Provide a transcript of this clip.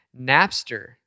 Napster